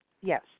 Yes